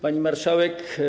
Pani Marszałek!